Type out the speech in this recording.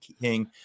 King